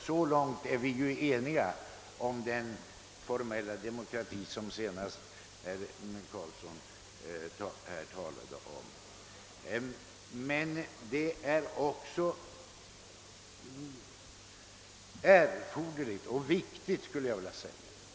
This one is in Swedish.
Så långt är vi eniga om den formella demokrati som senast herr Carlsson i Tyresö talade om.